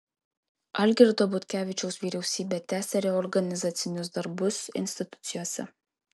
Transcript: algirdo butkevičiaus vyriausybė tęsią reorganizacinius darbus institucijose